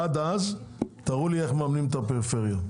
עד אז תראו לי איך מממנים את הפריפריה.